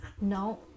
No